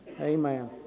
Amen